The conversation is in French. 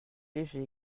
léger